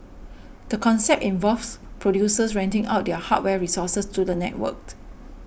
the concept involves producers renting out their hardware resources to the networked